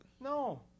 No